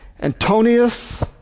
Antonius